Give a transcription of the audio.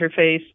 interface